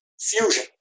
fusion